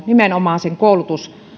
nimenomaan